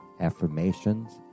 affirmations